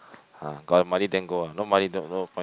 ah got money then go ah no money no no point